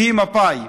היא מפא"י.